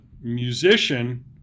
musician